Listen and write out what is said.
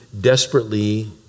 desperately